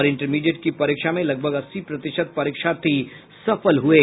और इंटरमीडिएट की परीक्षा में लगभग अस्सी प्रतिशत परीक्षार्थी सफल हुये